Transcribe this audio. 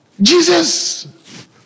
Jesus